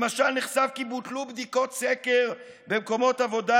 למשל, נחשף כי בוטלו בדיקות סקר במקומות עבודה,